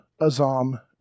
Azam